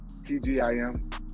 tgim